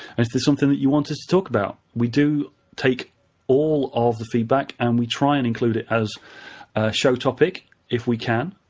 and if there's something that you want us to talk about. we do take all of the feedback, and we try and include it as a show topic if we can.